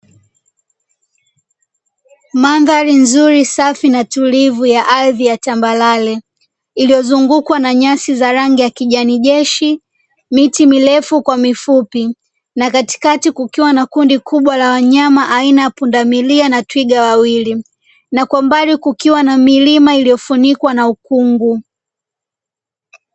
Mandhari nzuri, safi na tulivu ya ardhi ya tambarare, iliyozungukwa na nyasi za rangi ya kijani jeshi, miti mirefu kwa mifupi na katikati kukiwa na kundi kubwa la wanyama aina ya pundamilia na twiga wawili, na kwa mbali kukiwa na milima iliyofunikwa na ukungu.